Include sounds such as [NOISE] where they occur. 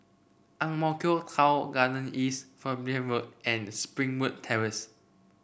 Ang Mo Kio Town Garden East [UNINTELLIGIBLE] Road and Springwood Terrace